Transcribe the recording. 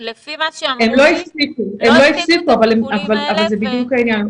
הם לא הפסיקו, אבל זה בדיוק העניין.